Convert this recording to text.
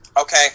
Okay